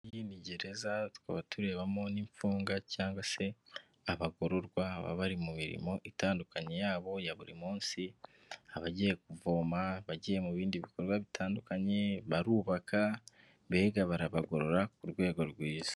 Iyi ni gereza tukaba turebamo n'imfungwa cyangwa se abagororwa, baba bari mu mirimo itandukanye yabo ya buri munsi, abagiye kuvoma abagiye mu bindi bikorwa bitandukanye, barubaka, mbega barabagorora ku rwego rwiza.